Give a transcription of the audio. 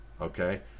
Okay